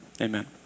amen